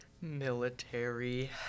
Military